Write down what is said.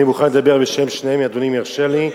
אני מוכן לדבר בשם שניהם, אם אדוני יאפשר לי.